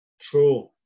True